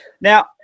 Now